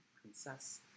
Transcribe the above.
princess